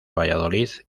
valladolid